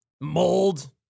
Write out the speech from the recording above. mold